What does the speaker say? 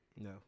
No